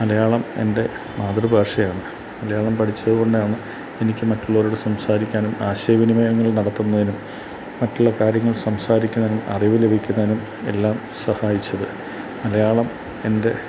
മലയാളം എൻ്റെ മാതൃഭാഷയാണ് മലയാളം പഠിച്ചതുകൊണ്ടാണ് എനിക്ക് മറ്റുള്ളവരോട് സംസാരിക്കാനും ആശയവിനിമയങ്ങൾ നടത്തുന്നതിനും മറ്റുള്ള കാര്യങ്ങൾ സംസാരിക്കുന്നതിനും അറിവ് ലഭിക്കുന്നതിനും എല്ലാം സഹായിച്ചത് മലയാളം എൻ്റെ